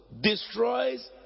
destroys